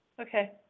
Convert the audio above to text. Okay